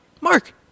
Mark